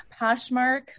Poshmark